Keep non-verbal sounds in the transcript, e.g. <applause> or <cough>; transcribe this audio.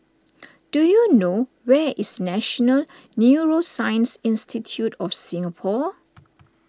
<noise> do you know where is National Neuroscience Institute of Singapore